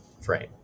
frame